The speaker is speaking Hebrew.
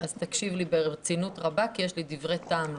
אז תקשיב לי ברצינות רבה כי יש לי דברי טעם לומר.